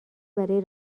برای